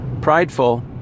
prideful